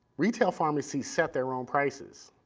retail pharmacies set their own prices,